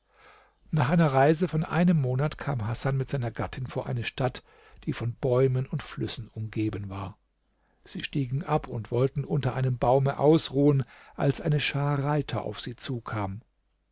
nach einer reise von einem monate kam hasan mit seiner gattin vor eine stadt die von bäumen und flüssen umgeben war sie stiegen ab und wollten unter einem baume ausruhen als eine schar reiter auf sie zukam